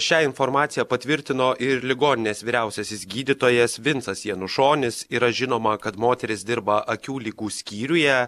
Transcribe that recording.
šią informaciją patvirtino ir ligoninės vyriausiasis gydytojas vincas janušonis yra žinoma kad moteris dirba akių ligų skyriuje